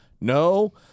No